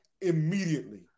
immediately